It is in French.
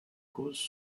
causes